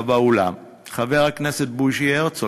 חבר הכנסת בוז'י הרצוג,